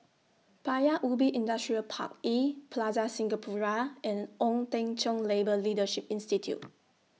Paya Ubi Industrial Park E Plaza Singapura and Ong Teng Cheong Labour Leadership Institute